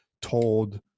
told